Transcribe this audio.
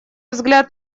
взгляд